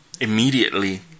immediately